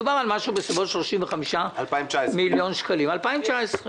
מדובר על סכום של בסביבות 35 מיליון שקלים ב-2019.